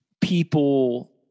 people